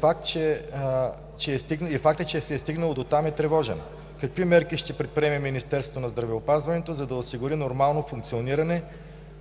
Фактът, че се е стигнало дотам, е тревожен. Какви мерки ще предприеме Министерството на здравеопазването, за да осигури нормално функциониране